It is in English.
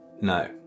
No